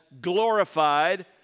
glorified